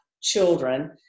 children